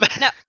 No